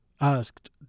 asked